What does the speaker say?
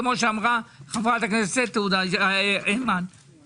כפי שאמרה חברת הכנסת אימאן ח'טיב יאסין,